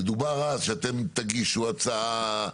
ודובר אז שאתם תגישו הצעה.